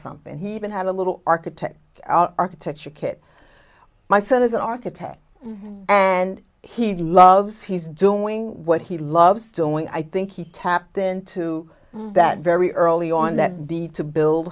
something he even had a little architect architecture kit my son is an architect and he loves he's doing what he loves doing i think he tapped into that very early on that the need to build